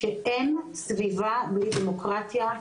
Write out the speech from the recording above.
שאין סביבה בלי דמוקרטיה,